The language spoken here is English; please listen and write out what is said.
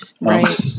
Right